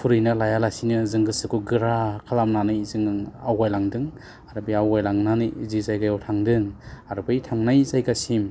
फुरैना लायालासेनो जों गोसोखौ गोरा खालामनानै जों आवगायलांदों आर बे आवगायलांनानै जि जायगायाव थांदों आरो बै थांनाय जायगासिम